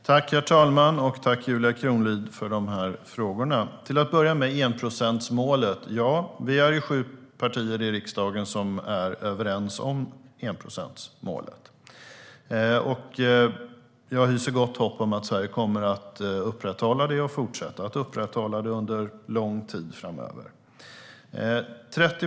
Herr talman! Jag tackar Julia Kronlid för frågorna. Till att börja med är vi sju partier i riksdagen som är överens om enprocentsmålet. Jag hyser gott hopp om att Sverige kommer att upprätthålla det och fortsätta att göra detta under lång tid framöver.